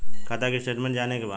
खाता के स्टेटमेंट जाने के बा?